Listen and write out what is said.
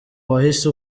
wahise